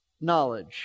knowledge